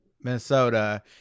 Minnesota